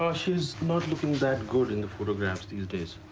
ah she's not looking that good in the photographs these days.